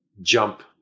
jump